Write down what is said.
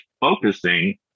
focusing